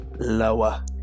Lower